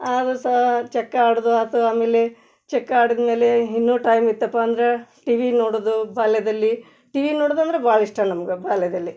ಆದರೂ ಸಹ ಚಕ್ಕ ಆಡೋದು ಅಥ್ವಾ ಆಮೇಲೆ ಚಕ್ಕ ಆಡಿದ್ಮೇಲೆ ಇನ್ನೂ ಟೈಮ್ ಇತ್ತಪ್ಪ ಅಂದ್ರೆ ಟಿವಿ ನೋಡೋದು ಬಾಲ್ಯದಲ್ಲಿ ಟಿವಿ ನೋಡೋದಂದ್ರೆ ಭಾಳ ಇಷ್ಟ ನಮ್ಗೆ ಬಾಲ್ಯದಲ್ಲಿ